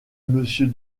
monsieur